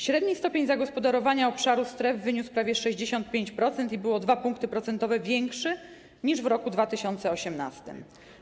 Średni stopień zagospodarowania obszarów stref wyniósł prawie 65% i był o 2 punkty procentowe większy niż w roku 2018.